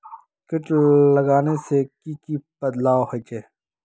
किट लगाले से की की बदलाव होचए?